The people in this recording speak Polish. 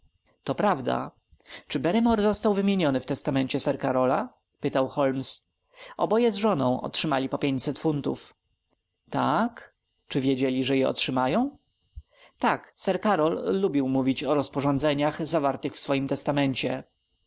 to prawda czy barrymore został wymieniony w testamencie sir karola pytał holmes oboje z żoną otrzymali po pięćset funtów taak czy wiedzieli że je otrzymają tak sir karol lubił mówić o rozporządzeniach zawartych w swoim testamencie